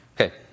Okay